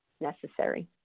necessary